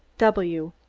w.